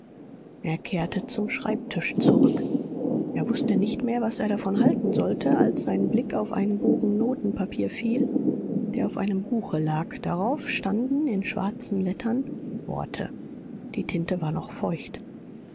er kehrte zum schreibtisch zurück er wußte nicht mehr was er davon halten sollte als sein blick auf einen bogen notenpapier fiel der auf einem buche lag darauf standen in schwarzen lettern worte die tinte war noch feucht